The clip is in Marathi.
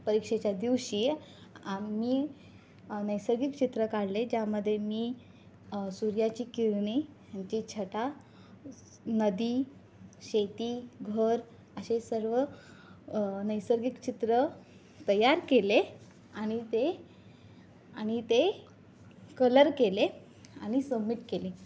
परीक्षेच्या दिवशी आम्ही नैसर्गिक चित्र काढले ज्यामध्ये मी सूर्याची किरणे त्यांची छटा नदी शेती घर असे सर्व नैसर्गिक चित्र तयार केले आणि ते आणि ते कलर केले आणि सबमिट केले